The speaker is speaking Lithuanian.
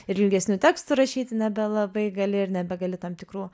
ir ilgesnių tekstų rašyti nebelabai gali ir nebegali tam tikrų